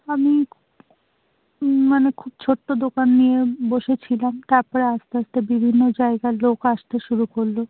আমি মানে খুব ছোট্টো দোকান নিয়ে বসেছিলাম তারপরে আস্তে আস্তে বিভিন্ন জায়গার লোক আসতে শুরু করলো